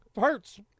hurts